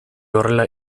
horrela